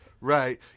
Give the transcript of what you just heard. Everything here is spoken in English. Right